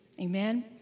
Amen